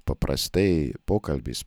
paprastai pokalbis